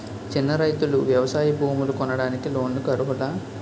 చిన్న రైతులు వ్యవసాయ భూములు కొనడానికి లోన్ లకు అర్హులా?